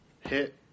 hit